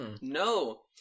No